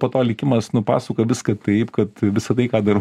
po to likimas nupasakoja viską taip kad visa tai ką darau